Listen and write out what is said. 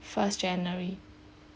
first january